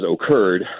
occurred